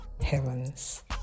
heavens